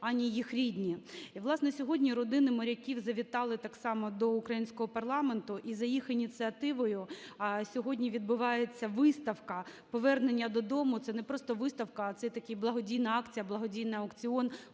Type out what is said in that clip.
ані їх рідні. І, власне, сьогодні родини моряків завітали так само до українського парламенту, і за їх ініціативою сьогодні відбувається виставка "Повернення додому". Це не просто виставка, а це є така благодійна акція, благодійний аукціон: